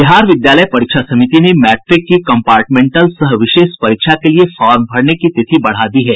बिहार विद्यालय परीक्षा समिति ने मैट्रिक की कंपार्टमेंटल सह विशेष परीक्षा के लिए फार्म भरने की तिथि बढ़ा दी है